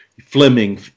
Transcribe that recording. Fleming